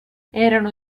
erano